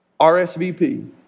RSVP